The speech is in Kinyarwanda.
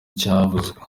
cyavuzwe